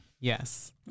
Yes